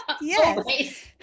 Yes